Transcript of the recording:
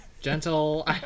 gentle